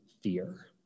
fear